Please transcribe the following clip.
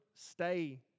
Stay